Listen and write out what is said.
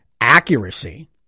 accuracy